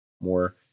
more